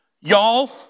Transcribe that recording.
Y'all